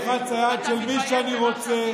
ואני אלחץ את היד של מי שאני רוצה,